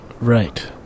Right